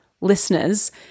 listeners